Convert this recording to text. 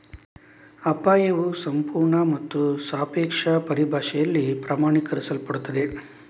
ಅಪಾಯವು ಸಂಪೂರ್ಣ ಮತ್ತು ಸಾಪೇಕ್ಷ ಪರಿಭಾಷೆಯಲ್ಲಿ ಪ್ರಮಾಣೀಕರಿಸಲ್ಪಡುತ್ತದೆ